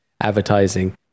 advertising